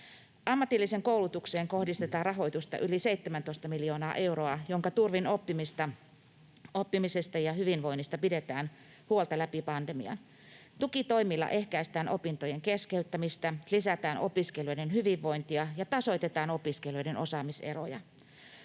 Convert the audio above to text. Ammatilliseen koulutukseen kohdistetaan rahoitusta yli 17 miljoonaa euroa, jonka turvin oppimisesta ja hyvinvoinnista pidetään huolta läpi pandemian. Tukitoimilla ehkäistään opintojen keskeyttämistä, lisätään opiskelijoiden hyvinvointia ja tasoitetaan opiskelijoiden osaamiseroja.